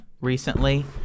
recently